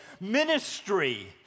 ministry